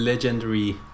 legendary